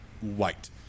white